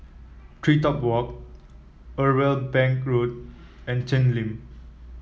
TreeTop Walk Irwell Bank Road and Cheng Lim